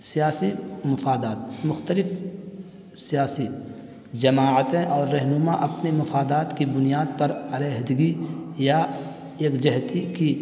سیاسی مفادات مختلف سیاسی جماعتیں اور رہنما اپنے مفادات کی بنیاد پر علیحدگی یا یکجہتی کی